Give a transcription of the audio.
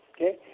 okay